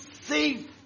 safe